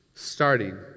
Starting